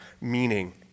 meaning